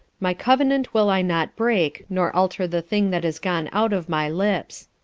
my covenant will i not break nor alter the thing that is gone out of my lips.